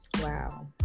Wow